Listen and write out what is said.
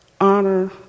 honor